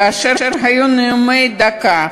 כאשר היו נאומים בני דקה,